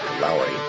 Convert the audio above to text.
Lowry